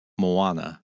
Moana